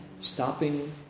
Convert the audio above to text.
stopping